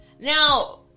now